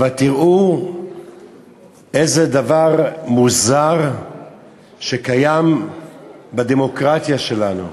אבל תראו איזה דבר מוזר קיים בדמוקרטיה שלנו.